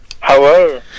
Hello